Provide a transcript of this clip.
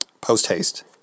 Post-haste